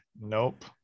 Nope